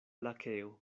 lakeo